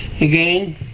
again